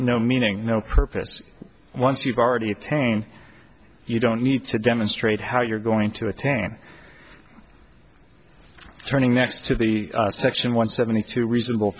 no meaning no purpose once you've already attained you don't need to demonstrate how you're going to attain turning now to the section one seventy two reasonable